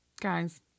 Guys